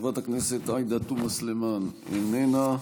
חברת הכנסת עאידה תומא סלימאן, איננה,